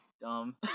dumb